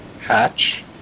hatch